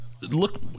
Look